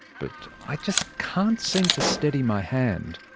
but i just can't seem to steady my hand.